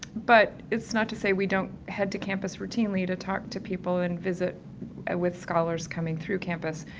but it's not to say we don't head to campus routinely to talk to people and visit ah with scholars coming through campus.